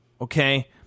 Okay